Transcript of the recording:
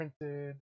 printed